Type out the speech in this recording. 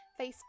Facebook